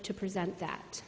to present that